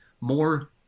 more